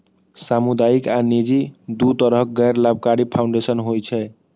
सामुदायिक आ निजी, दू तरहक गैर लाभकारी फाउंडेशन होइ छै